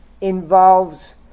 involves